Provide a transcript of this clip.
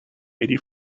eighty